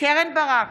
קרן ברק,